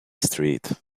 street